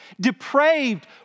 depraved